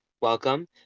Welcome